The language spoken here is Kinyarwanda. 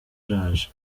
araje